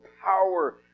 power